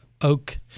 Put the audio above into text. oak